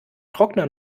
trockner